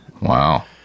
Wow